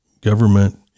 Government